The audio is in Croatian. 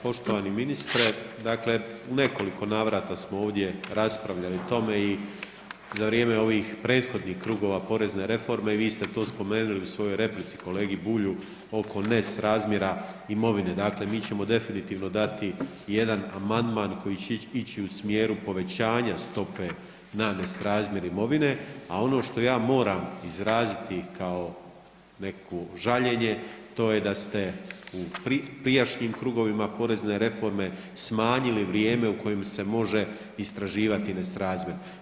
Poštovani ministre, dakle u nekoliko navrata smo ovdje raspravljali o tome i za vrijeme ovih prethodnih krugova porezne reforma, vi ste to spomenuli u svojoj replici kolegi Bulju oko nesrazmjera imovine, dakle mi ćemo definitivno dati jedan amandman koji će ići u smjeru povećanja stope na nesrazmjer imovine, a ono što ja moram izraziti kao nekakvo žaljenje, to je da ste u prijašnjim krugovima porezne reforme smanjili vrijeme u kojem se može istraživati nesrazmjer.